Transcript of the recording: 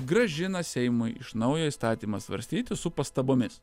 grąžina seimui iš naujo įstatymą svarstyti su pastabomis